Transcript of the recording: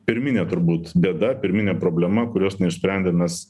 pirminė turbūt bėda pirminė problema kurios neisšsprendę mes